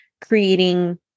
creating